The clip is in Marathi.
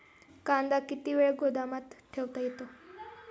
कांदा किती वेळ गोदामात ठेवता येतो?